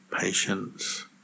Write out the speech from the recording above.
patience